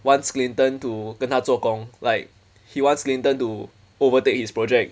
wants clinton to 跟他做工 like he wants clinton to overtake his project